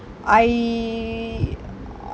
I